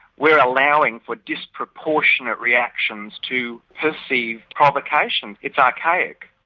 we're allowing for disproportionate reactions to perceived provocation. it's archaic.